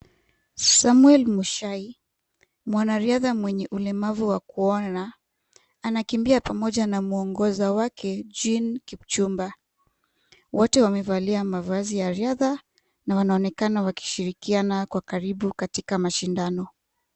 Samuel Mshai mwenye ulemavu wa kuona anakimbia pamoja na muongoza wake Gene kipchumba wote wamevalia mavazi ya riadha na wanaonekana wakishirikiana kwa karibu katika mashindano.